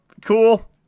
cool